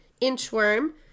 inchworm